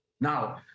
Now